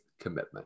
commitment